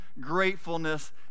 gratefulness